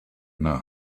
know